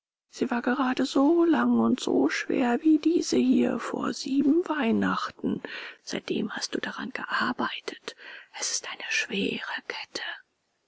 sie war gerade so lang und so schwer wie diese hier vor sieben weihnachten seitdem hast du daran gearbeitet es ist eine schwere kette